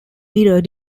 mirror